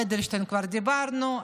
על אדלשטיין כבר דיברנו,